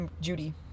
Judy